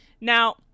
Now